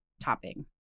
topping